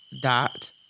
dot